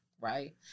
right